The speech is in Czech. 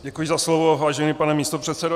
Děkuji za slovo, vážený pane místopředsedo.